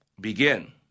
begin